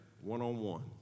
one-on-one